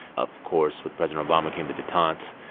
of course, with president obama came the detente,